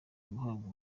guhabwa